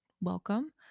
welcome